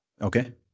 Okay